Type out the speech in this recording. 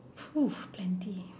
plenty